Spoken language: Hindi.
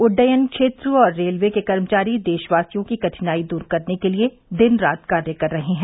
उड्डयन क्षेत्र और रेलवे के कर्मचारी देशवासियों की कठिनाई दूर करने के लिए दिन रात कार्य कर रहे हैं